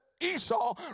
Esau